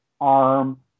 arm